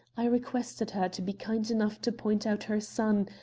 i requested her to be kind enough to point out her son,